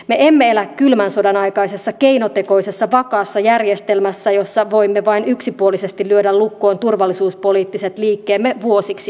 me emme elä kylmän sodan aikaisessa keinotekoisessa vakaassa järjestelmässä jossa voimme vain yksipuolisesti lyödä lukkoon turvallisuuspoliittiset liikkeemme vuosiksi eteenpäin